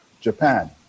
japan